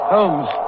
Holmes